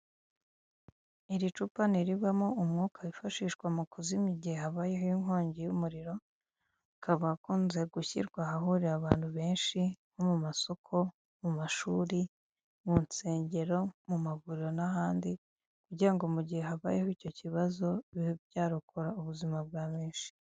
Iri cupa ni irivamo umwuka wifashishwa mu kuzimya igihe habayeho inkongi y'umuriro, akaba akunze gushyirwa ahahurira abantu benshi nko mu masoko, mu mashuri, mu nsengero, mu mavuriro n'ahandi kugira ngo mu gihe habayeho icyo kibazo, bibe byarokora ubuzima bwa benshi.